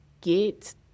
get